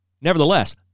Nevertheless